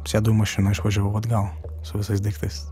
sėdau į mašiną išvažiavau atgal su visais daiktais